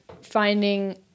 finding